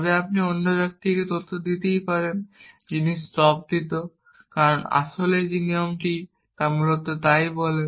তবে আপনি অন্য ব্যক্তিকে তথ্য দিতে পারেন যিনি স্তম্ভিত কারণ আসলে যে নিয়মটি মূলত তা বলে